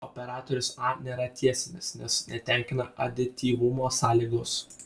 operatorius a nėra tiesinis nes netenkina adityvumo sąlygos